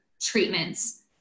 treatments